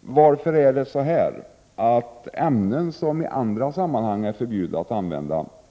varför det är tillåtet att i tandlagningsmaterial använda ämnen som det i andra sammanhang är förbjudet att använda.